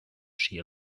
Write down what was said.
she